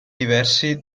diversi